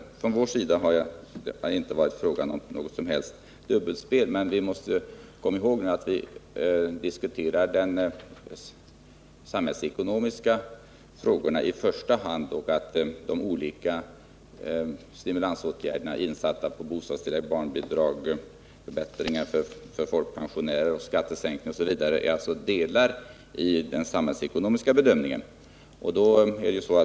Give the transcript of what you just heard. För oss har det inte varit fråga om något dubbelspel. Man måste komma ihåg att vi diskuterar de samhällsekonomiska frågorna i första hand och att de olika stimulansåtgärderna — bostadstillägg, barnbidrag, förbättringar för folkpensionärerna och skattesänkningar — är delar av den samhällsekonomiska bedömningen.